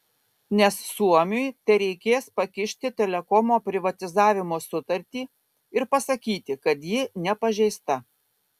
nes suomiui tereikės pakišti telekomo privatizavimo sutartį ir pasakyti kad ji nepažeista